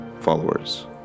followers